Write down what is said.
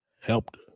helped